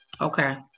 Okay